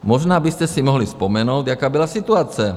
Možná byste si mohli vzpomenout, jaká byla situace?